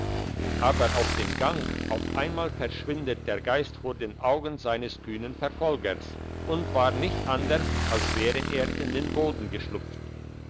aber auf dem gang auf einmal verschwindet der geist vor den augen seines kühnen verfolgers und war nicht anders als wäre er in den boden geschlupft